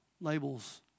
labels